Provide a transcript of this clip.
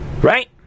Right